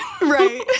right